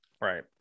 Right